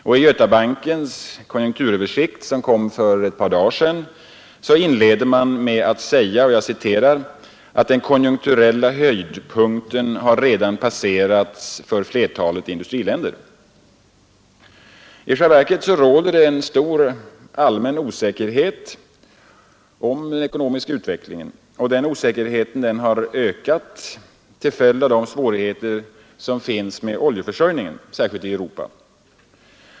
I Götabankens konjunkturöversikt, som kom ut för ett par dagar sedan, inleder man med att säga: ”Den konjunkturella höjdpunkten har redan passerats för flertalet industriländer.” I själva verket råder det stor allmän osäkerhet om den ekonomiska utvecklingen. Den osäkerheten har ökat kraftigt till följd av svårigheterna med oljeförsörjningen, särskilt i Europa.